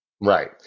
Right